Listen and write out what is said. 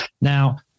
Now